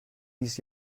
ließ